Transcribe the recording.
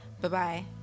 Bye-bye